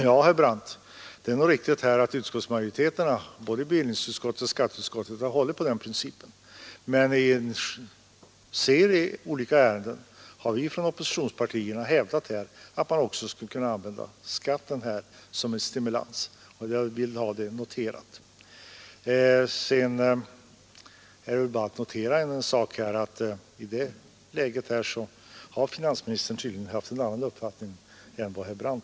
Ja, herr Brandt, det är nog riktigt att utskottsmajoriteten både i bevillningsutskottet och skatteutskottet hållit på den principen, men i olika ärenden har vi från oppositionspartierna hävdat att man också borde kunna använda skatten som stimulans, och det vill vi ha noterat. Sedan är att lägga märke till att i det läget har finansministern tydligen haft en annan uppfattning än herr Brandt.